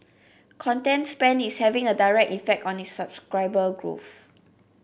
content spend is having a direct effect on its subscriber growth